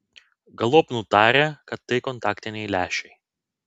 galop nutarė kad tai kontaktiniai lęšiai